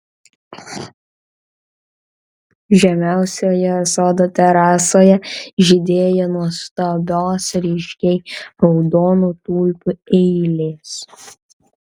žemiausioje sodo terasoje žydėjo nuostabios ryškiai raudonų tulpių eilės